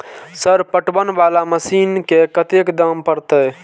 Sir पटवन वाला machine के कतेक दाम परतें?